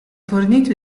fornito